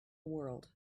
world